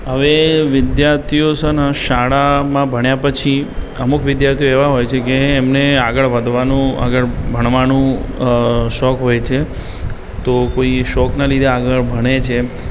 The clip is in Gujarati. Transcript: હવે વિદ્યાર્થીઓ છે ને શાળામાં ભણ્યા પછી અમુક વિદ્યાર્થીઓ એવાં હોય છે કે એમને આગળ વધવાનું આગળ ભણવાનું શોખ હોય છે તો કોઈ એ શોખના લીધે આગળ ભણે છે